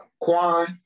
Quan